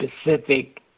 specific